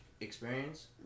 experience